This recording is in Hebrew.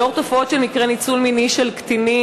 לאור תופעות של מקרי ניצול מיני של קטינים